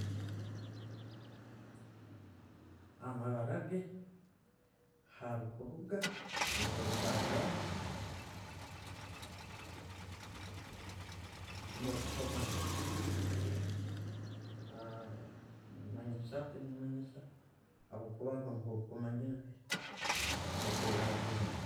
﻿Amabarage, hali okuruga orbundi obuzararwe no'kusooma kwe, nimanyisa, habwokuba timanyire nka conversation nkokuragenda